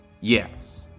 Yes